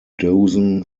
dozen